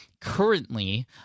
currently